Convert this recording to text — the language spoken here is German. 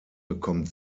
bekommt